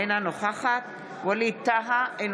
אינה נוכחת ווליד טאהא,